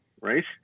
Right